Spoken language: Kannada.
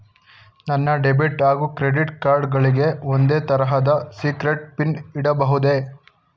ನನ್ನ ಡೆಬಿಟ್ ಹಾಗೂ ಕ್ರೆಡಿಟ್ ಕಾರ್ಡ್ ಗಳಿಗೆ ಒಂದೇ ತರಹದ ಸೀಕ್ರೇಟ್ ಪಿನ್ ಇಡಬಹುದೇ?